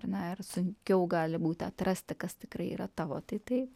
ar ne ir sunkiau gali būti atrasti kas tikrai yra tavo tai taip